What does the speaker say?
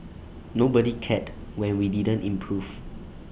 nobody cared when we didn't improve